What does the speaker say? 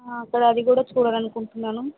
అక్కడ అది కూడా చూడాలనుకుంటున్నాను